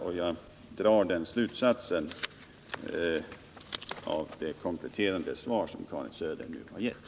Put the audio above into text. Jag drar också den slutsatsen av det kompletterande svar som Karin Söder nu har givit.